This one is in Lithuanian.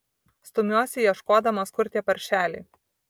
stumiuosi ieškodamas kur tie paršeliai